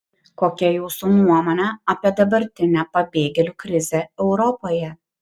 kokia jūsų nuomonė apie dabartinę pabėgėlių krizę europoje